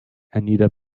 anita